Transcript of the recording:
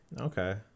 Okay